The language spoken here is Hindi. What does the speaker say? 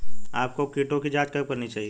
आपको कीटों की जांच कब करनी चाहिए?